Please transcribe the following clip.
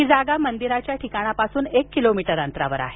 ही जागा मंदिराच्या ठिकाणापासून एक किलोमीटर अंतरावर आहे